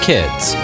Kids